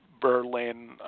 Berlin